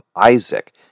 Isaac